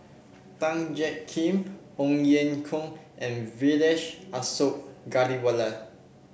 Tan Jiak Kim Ong Ye Kung and Vijesh Ashok Ghariwala